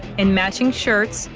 in matching shirts,